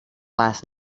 last